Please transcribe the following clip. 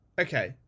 okay